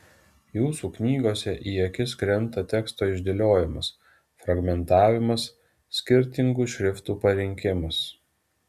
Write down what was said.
jūsų knygose į akis krenta teksto išdėliojimas fragmentavimas skirtingų šriftų parinkimas